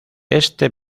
este